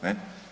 Ne?